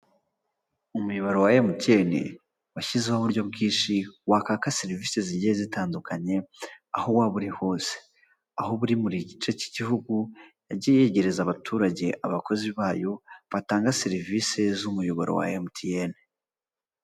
Umuyoboro wa emutiyeni washyizeho uburyo bwinshi wakaka serivise zigiye zitandukanye aho waba uri hose. Aho muri buri gice cy'igihugu yagiye yegereza abaturage abakozi bayo batanga serivise z'umuyoboro wa emutiyeni.